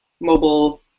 mobile